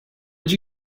did